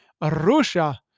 Russia